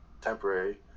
temporary